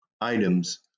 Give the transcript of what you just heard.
items